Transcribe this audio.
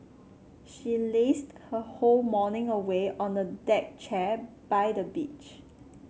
she lazed her whole morning away on a deck chair by the beach